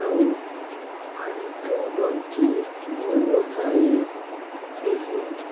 ଆଉ ଆଣ୍ଠୁଗଣ୍ଠି ଭଲ ଥାଏ ଏହି